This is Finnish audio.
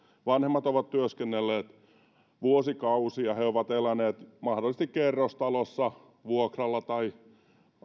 vanhemmat ovat työskennelleet vuosikausia he ovat eläneet mahdollisesti kerrostalossa vuokralla tai